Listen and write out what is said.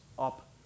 up